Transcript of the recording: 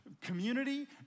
community